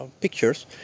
pictures